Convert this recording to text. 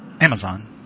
Amazon